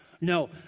No